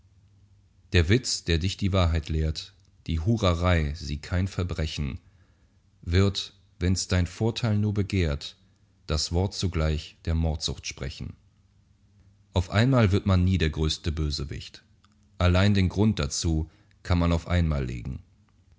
der witz der dich die wahrheit lehrt die hurerei sie kein verbrechen wird wenns dein vorteil nur begehrt das wort zugleich der mordsucht sprechen auf einmal wird man nie der größte bösewicht allein den grund dazu kann man auf einmal legen